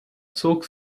zog